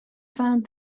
found